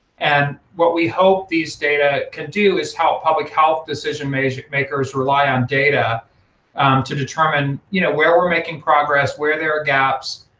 and what we hope these data can do is help public health decision-makers rely on data to determine you know where we're making progress, where there are gaps,